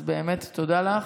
אז באמת תודה לך.